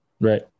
Right